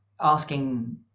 asking